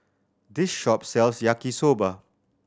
this shop sells Yaki Soba